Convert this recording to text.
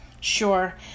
Sure